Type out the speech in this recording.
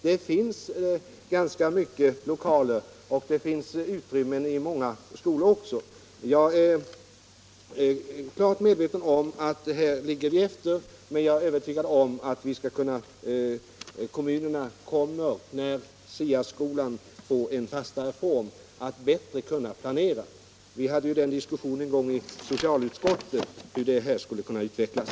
Det finns ganska många lokaler, och det finns också utrymmen i många skolor. Jag är helt medveten om att vi ligger efter på detta område men är övertygad om att kommunerna kommer att kunna planera bättre när SIA-skolan får en fastare form. Vi hade ju en gång en diskussion i socialutskottet om hur det här skulle kunna utvecklas.